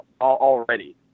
already